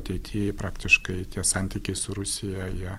ateity praktiškai tie santykiai su rusija jie